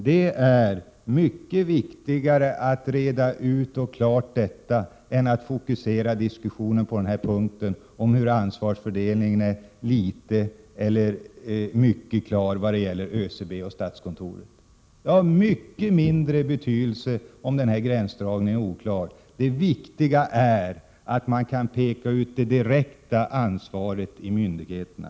Det är mycket viktigare att reda ut detta än att fokusera diskussionen på om ansvarsfördelningen är litet eller mycket klar mellan ÖCB och statskontoret. Det har mycket mindre betydelse om den gränsdragningen är oklar. Det viktiga är att man kan peka ut det direkta ansvaret i myndigheterna.